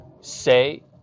say